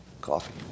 coffee